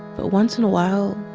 but once in a while,